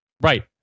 Right